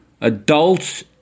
adults